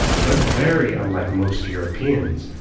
but very unlike most europeans,